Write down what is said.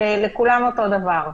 לכולם אותו דבר?